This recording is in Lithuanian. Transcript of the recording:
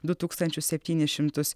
du tūkstančius septynis šimtus